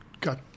got